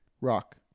Rock